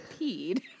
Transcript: peed